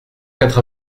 quatre